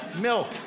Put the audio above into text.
milk